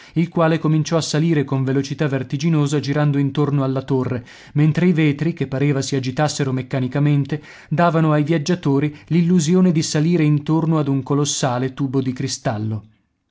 il quale cominciò a salire con velocità vertiginosa girando intorno alla torre mentre i vetri che pareva si agitassero meccanicamente davano ai viaggiatori l'illusione di salire intorno ad un colossale tubo di cristallo